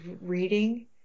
reading